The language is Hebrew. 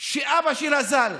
שאבא שלה ז"ל